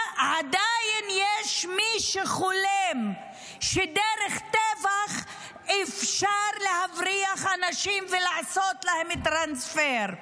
עדיין יש מי שחולם שדרך טבח אפשר להבריח אנשים ולעשות להם טרנספר,